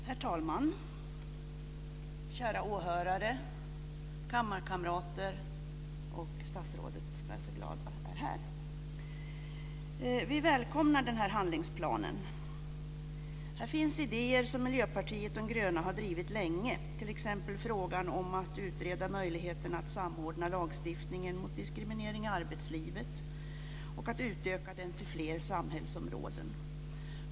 Herr talman! Kära åhörare! Kammarkamrater! Statsrådet - som jag är så glad är här! Vi välkomnar den här handlingsplanen. Här finns idéer som Miljöpartiet de gröna har drivit länge. Det gäller t.ex. frågan om att utreda möjligheten att samordna lagstiftningen mot diskriminering i arbetslivet och att utöka den till fler samhällsområden.